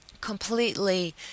completely